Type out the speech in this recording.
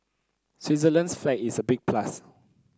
Switzerland's flag is a big plus